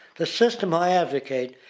the system i advocate,